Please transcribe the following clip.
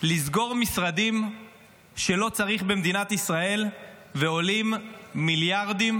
לסגור משרדים שלא צריך במדינת ישראל ועולים מיליארדים,